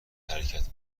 حرکت